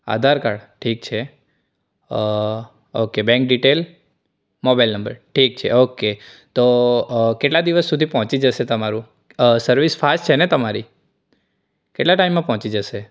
આધાર card ઠીક છે okay bank detail mobile number ઠીક છે તો કેટલા દિવસ સુધી પહોંચી જશે સર્વિસ ફાસ્ટ છે ને તમારી કેટલા ટાઈમમાં પહોંચી જશે